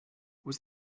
was